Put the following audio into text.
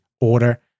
order